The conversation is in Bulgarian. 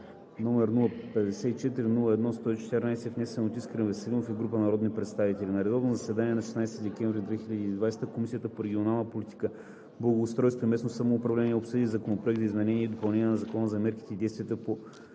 № 054-01-114, внесен от Искрен Веселинов и група народни представители На редовно заседание, проведено на 16 декември 2020 г., Комисията по регионална политика, благоустройство и местно самоуправление обсъди Законопроект за изменение и допълнение на Закона за мерките и действията по